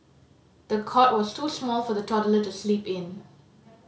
the cot was too small for the toddler to sleep in